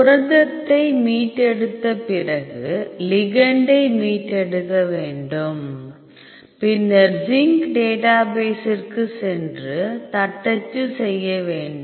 புரதத்தை மீட்டெடுத்த பிறகு லிகெண்டை மீட்டெடுக்க வேண்டும் பின்னர் சிங் டேட்டாபேசிற்கு சென்று தட்டச்சு செய்ய வேண்டும்